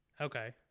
okay